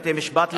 בתי-משפט,